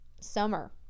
Summer